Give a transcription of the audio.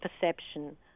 perception